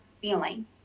feeling